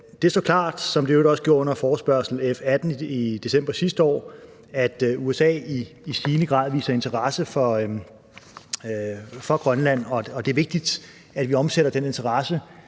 også gjorde under debatten om forespørgsel nr. F 18 i december sidste år, at USA i stigende grad viser interesse for Grønland, og at det er vigtigt, at vi omsætter den interesse